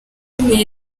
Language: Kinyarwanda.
iyi